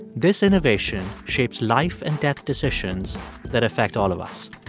this innovation shapes life and death decisions that affect all of us